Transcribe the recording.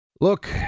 Look